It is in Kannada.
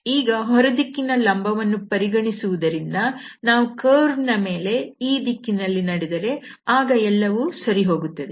ನಾವು ಹೊರದಿಕ್ಕಿನ ಲಂಬವನ್ನು ಪರಿಗಣಿಸುವುದರಿಂದ ನಾವು ಕರ್ವ್ ನ ಮೇಲೆ ಈ ದಿಕ್ಕಿನಲ್ಲಿ ನಡೆದರೆ ಆಗ ಎಲ್ಲವೂ ಸರಿಹೋಗುತ್ತದೆ